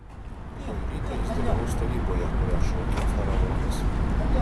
rytoj rytą jis dalyvaus taryboje kurią šaukia faraonas